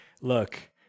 look